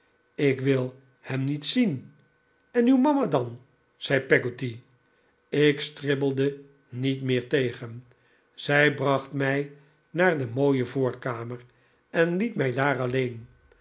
ik wil hem niet zien en uw mama dan zei peggotty ik stribbelde niet meer tegen zij bracht mij naar de mooie voorkamer en liet mij daar alleen